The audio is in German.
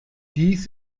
dies